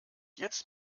jetzt